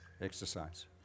Exercise